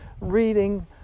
Reading